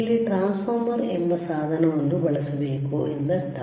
ಇಲ್ಲಿ ಟ್ರಾನ್ಸ್ಫಾರ್ಮರ್ ಎಂಬ ಸಾಧನವನ್ನು ಬಳಸಬೇಕು ಎಂದರ್ಥ